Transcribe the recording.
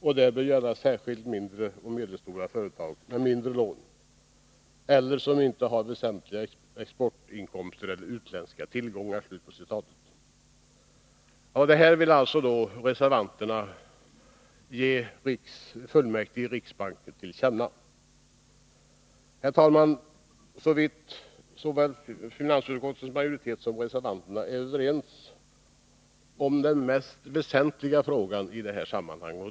Det bör gälla särskilt mindre och medelstora företag med mindre lån eller som inte har väsentliga exportinkomster eller utländska tillgångar.” Detta vill reservanterna ge fullmäktige i riksbanken till känna. Herr talman! Finansutskottets majoritet och reservanterna är överens om I den mest väsentliga frågan i detta sammanhang.